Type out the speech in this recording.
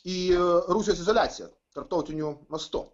į rusijos izoliaciją tarptautiniu mastu